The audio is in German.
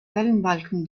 wellenbalken